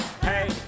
hey